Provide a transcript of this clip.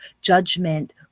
judgment